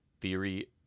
Theory